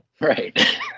right